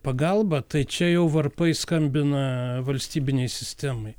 pagalbą tai čia jau varpai skambina valstybinei sistemai